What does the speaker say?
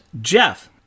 jeff